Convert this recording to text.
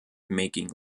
making